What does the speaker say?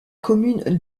commune